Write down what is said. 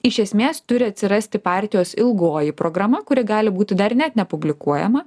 iš esmės turi atsirasti partijos ilgoji programa kuri gali būti dar ne nepublikuojama